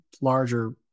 larger